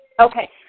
Okay